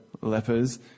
lepers